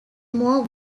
more